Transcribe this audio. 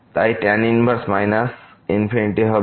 তাই tan inverse minus infinity হবে minus pi by 2